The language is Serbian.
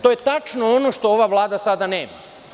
To je tačno ono što ova vlada sada nema.